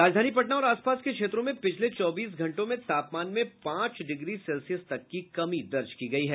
राजधानी पटना और आसपास के क्षेत्रों में पिछले चौबीस घंटों में तापमान में पांच डिग्री सेल्सियस तक की कमी दर्ज की गयी है